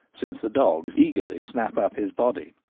since the dogs eagerly snap up his body.